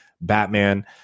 Batman